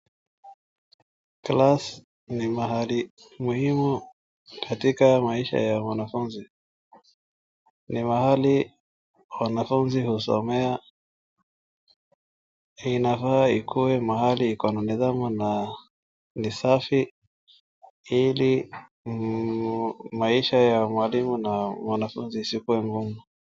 Class ni mahali muhimu katika maisha ya mwanafunzi. Ni mahali wanafunzi husomea. Inafaa ikue mahali iko na nidhamu na ni safi, ili maisha ya mwalimu na mwanafunzi isikue ngumu.